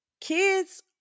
Kids